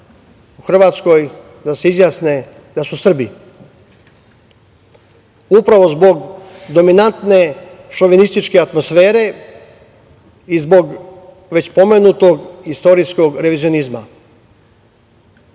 u Hrvatskoj da se izjasne da su Srbi upravo zbog dominantne šovinističke atmosfere i zbog već pomenutog istorijskog revizionizma. Srbi